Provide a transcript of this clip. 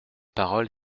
parole